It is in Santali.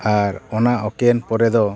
ᱟᱨ ᱚᱱᱟ ᱳᱠᱮᱭᱮᱱ ᱯᱚᱨᱮᱫᱚ